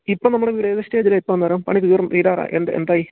ഇപ്പോള് നമ്മുടെ വീട് ഏത് സ്റ്റേജിലാണ് ഇപ്പോള് മേഡം പണി തീരാറാ എന്ത് എന്തായി